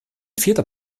vierter